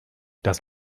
das